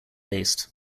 based